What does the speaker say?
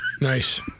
Nice